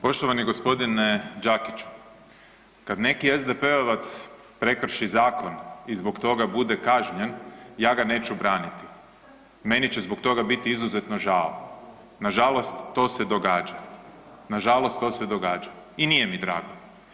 Poštovani g. Đakiću, kad neki SDP-ovac prekrši zakon i zbog toga bude kažnjen, ja ga neću braniti, meni će zbog toga biti izuzetno žao, nažalost to se događa, nažalost to se događa i nije mi drago.